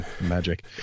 magic